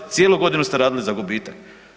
Cijelu godinu ste radili za gubitak.